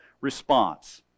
response